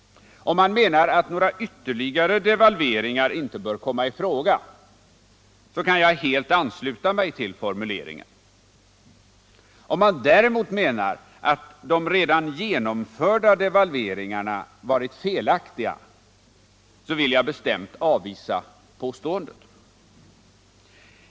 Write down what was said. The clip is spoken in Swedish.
Om man menar att några ytterligare devalveringar inte bör komma i fråga så kan jag helt ansluta mig till formuleringen. Om man däremot menar att de redan genomförda devalveringarna varit felaktiga vill jag bestämt avvisa påståendet.